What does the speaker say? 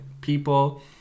people